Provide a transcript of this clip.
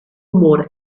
more